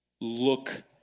Look